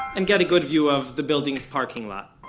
and get a good view of, the building's parking lot.